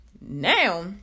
Now